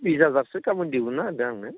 बिस हाजारसो गामोन दिहुनना होदो आंनो